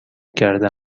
کردن